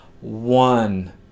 one